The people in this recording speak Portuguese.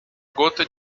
gota